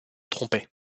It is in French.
trompait